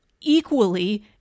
equally